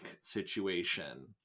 situation